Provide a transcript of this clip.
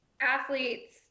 athletes